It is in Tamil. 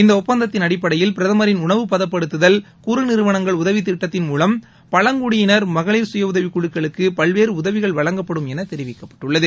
இந்த ஒப்பந்தத்தின் அடிப்படையில் பிரதமரின் உணவு பதப்படுத்துதல் குறு நிறுவனங்கள் உதவித் திட்டத்தின் மூலம் பழங்குடியினர் மகளிர் சுய உதவிக் குழுக்களுக்கு பல்வேறு உதவிகள் வழங்கப்படும் என தெரிவிக்கப்பட்டுள்ளது